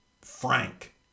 frank